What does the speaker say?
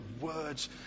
words